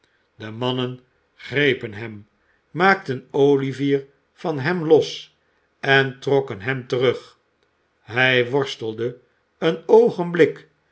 de mannen grepen hem maakten o'ivier van hem los en trokken hem terug hij worstelde een oogenblik